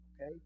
Okay